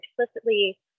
explicitly